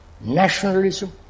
nationalism